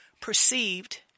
perceived